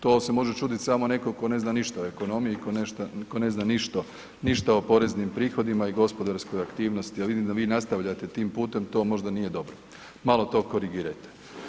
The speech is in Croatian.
To se može čuditi samo netko tko ne zna ništa o ekonomiji, tko ne zna ništa o poreznim prihodima i gospodarskoj aktivnosti, a vidim da vi nastavljate tim putem, to možda nije dobro, malo to korigirajte.